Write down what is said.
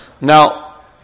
Now